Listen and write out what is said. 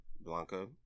Blanca